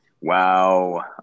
Wow